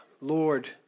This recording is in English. Lord